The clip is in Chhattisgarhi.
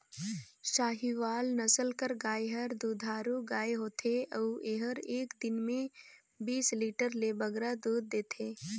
साहीवाल नसल कर गाय हर दुधारू गाय होथे अउ एहर एक दिन में बीस लीटर ले बगरा दूद देथे